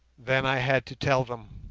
then i had to tell them.